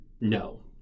No